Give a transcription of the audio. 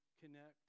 connect